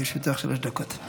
לרשותך שלוש דקות.